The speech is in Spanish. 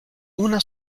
una